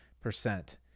percent